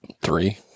Three